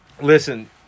Listen